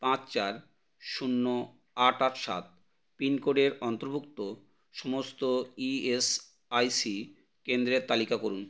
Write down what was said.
পাঁচ চার শূন্য আট আট সাত পিনকোডের অন্তর্ভুক্ত সমস্ত ই এস আই সি কেন্দ্রের তালিকা করুন